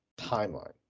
timeline